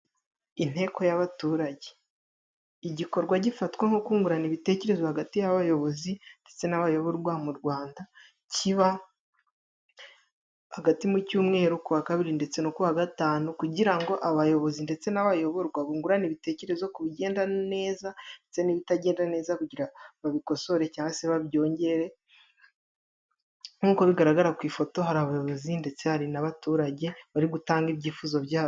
Inteko y'abaturage: Igikorwa gifatwa nko kungurana ibitekerezo hagati y'abayobozi ndetse n'abayoborwa mu Rwanda, kiba hagati mu cyumweru ku wa kabiri no kuwa gatanu kugira ngo abayobozi ndetse n'abayoborwa bungurane ibitekerezo ku ibigenda neza ndetse n'ibitagenda neza, kugira babikosore cyangwa babyongere. Nk'uko bigaragara ku ifoto hari abayobozi ndetse hari n'abaturage bari gutanga ibyifuzo byabo.